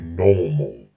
normal